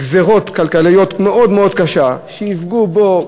גזירות כלכליות מאוד מאוד קשות שיפגעו בו,